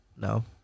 No